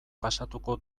pasatuko